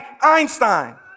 Einstein